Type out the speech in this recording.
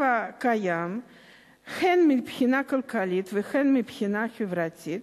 הקיים הן מבחינה כלכלית והן מבחינה חברתית,